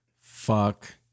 Fuck